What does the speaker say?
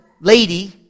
lady